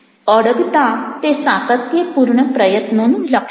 અડગતા તે સાતત્યપૂર્ણ પ્રયત્નોનું લક્ષણ છે